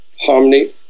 harmony